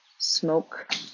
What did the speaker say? smoke